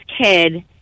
kid